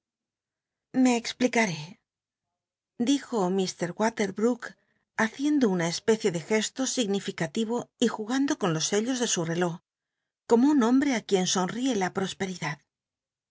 explicaré elijo mr waterbrook haciendo una especie ele gesto significativo y jugando con los sellos de su reló como un hombre á quien sonríe la prosperidad